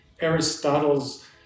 Aristotle's